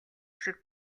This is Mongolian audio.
шиг